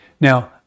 Now